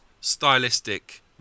stylistic